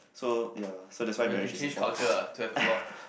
so ya so that's why marriage is important to me